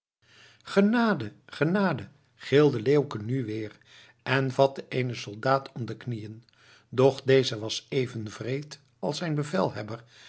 genade genade gilde leeuwke nu weer en vatte eenen soldaat om de knieën doch deze was even wreed als zijn bevelhebber